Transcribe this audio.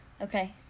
Okay